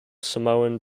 samoan